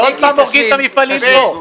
זה עוד פעם הורגים את המפעלים פה.